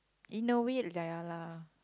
in a way ya lah